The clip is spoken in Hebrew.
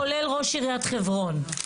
כולל ראש עיריית חברון.